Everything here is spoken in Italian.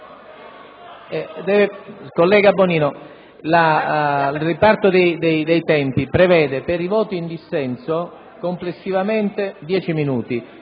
Collega Bonino, il riparto dei tempi prevede per i voti in dissenso complessivamente 10 minuti.